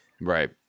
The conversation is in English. Right